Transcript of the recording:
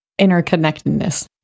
interconnectedness